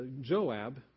Joab